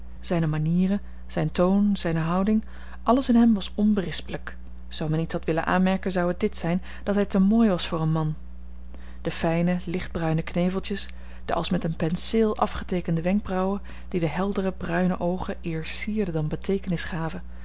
zijne manieren zijn toon zijne houding alles in hem was onberispelijk zoo men iets had willen aanmerken zou het dit zijn dat hij te mooi was voor een man de fijne lichtbruine kneveltjes de als met een penseel afgeteekende wenkbrauwen die de heldere bruine oogen eer sierden dan beteekenis gaven